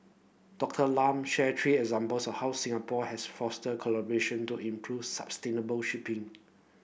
Doctor Lam shared three examples how Singapore has fostered collaboration to improve sustainable shipping